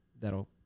That'll